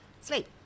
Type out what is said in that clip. Sleep